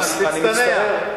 תצטנע קצת.